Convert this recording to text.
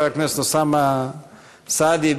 חבר הכנסת אוסאמה סעדי,